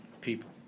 people